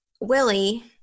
Willie